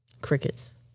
Crickets